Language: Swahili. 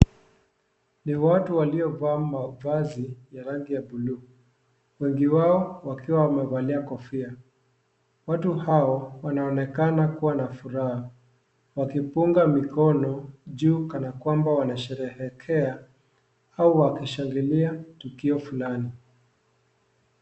Ni watu waliovaa mavazi ya rangi ya buluu. Wengi wao wakiwa wamevalia kofia. Watu hao wanaonekana kuwa na furaha. Wakifunga mikono juu kana kwamba wanasherehekea au wakishangilia tukio fulani.